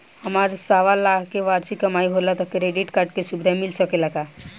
हमार सवालाख के वार्षिक कमाई होला त क्रेडिट कार्ड के सुविधा मिल सकेला का?